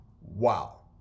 wow